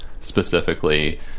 specifically